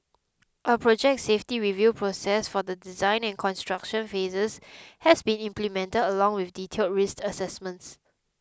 a project safety review process for the design and construction phases has been implemented along with detailed risk assessments